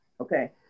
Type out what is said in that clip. Okay